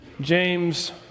James